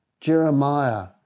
jeremiah